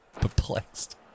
Perplexed